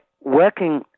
working